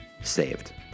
saved